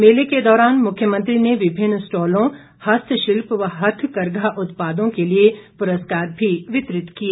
मेले के दौरान मुख्यमंत्री ने विभिन्न स्टॉलों हस्तशिल्प व हथकरघा उत्पादों के लिए पुरस्कार भी वितरित किए